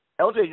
LJ